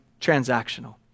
transactional